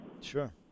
sure